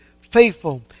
faithful